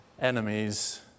enemies